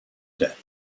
death